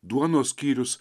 duonos skyrius